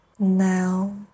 Now